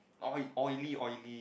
oil oily oily